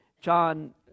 John